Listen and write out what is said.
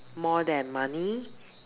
more than money